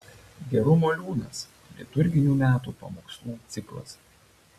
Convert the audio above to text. gerumo liūnas liturginių metų pamokslų ciklas